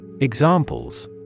Examples